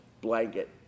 blanket